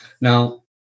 Now